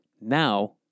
Now